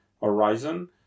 horizon